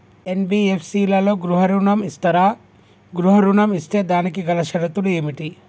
NBFC లలో గృహ ఋణం ఇస్తరా? గృహ ఋణం ఇస్తే దానికి గల షరతులు ఏమిటి?